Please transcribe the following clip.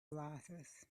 glasses